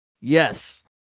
Yes